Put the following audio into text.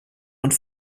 und